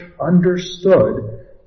understood